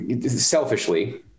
selfishly